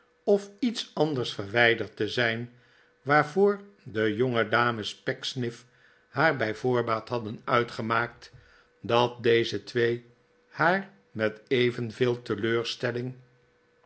of iets anders verwijderd te zijn waarvoor de johgedames pecksniff haar bij voorbaat hadden uitgemaakt dat deze twee haar met evenveel teleurstelling